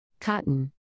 Cotton